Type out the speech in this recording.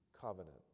covenant